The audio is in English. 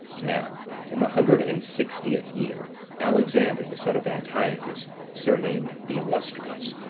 now in the hundred and sixtieth year, alexander, the son of antiochus, surnamed the illustrious,